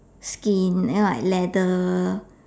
skin then like leather